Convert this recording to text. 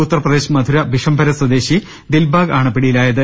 ഉത്തർപ്രദേശ് മഥുര ബിഷംഭര സ്വദേശി ദിൽബാഗ് ആണ് പിടിയിലായത്